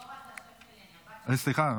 פלורה זה השם שלי, אני הבת של, סליחה.